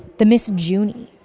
the ms. junie.